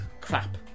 Crap